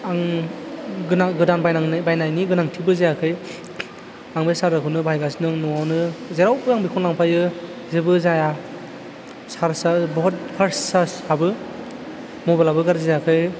आं गोदान बायनांनो बायनायनि गोनांथिबो जायाखै आं बे चार्जारखौनो बाहायगासिनो न'वावनो जेरावबो आं बेखौ लांफायो जेबो जाया चार्जाआ बुहुत पास्त चार्जा हाबो माबाइलाबो गाज्रि जायाखै